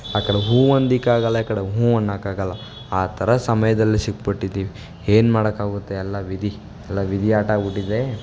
ಆ ಕಡೆ ಹ್ಞೂ ಅಂದಿಕಾಗಲ್ಲ ಆ ಕಡೆ ಊಹ್ಞೂ ಅನ್ನೋಕಾಗಲ್ಲ ಆ ಥರ ಸಮಯದಲ್ಲಿ ಸಿಕ್ಕಿಬಿಟ್ಟಿದ್ದೀವಿ ಏನ್ ಮಾಡೋಕ್ಕಾಗುತ್ತೆ ಎಲ್ಲ ವಿಧಿ ಎಲ್ಲ ವಿಧಿ ಆಟ ಆಗ್ಬಿಟ್ಟಿದೆ